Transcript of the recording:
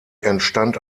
entstand